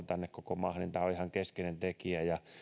tänne koko maahan on ihan keskeinen tekijä ja